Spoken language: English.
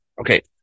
Okay